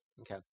Okay